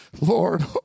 Lord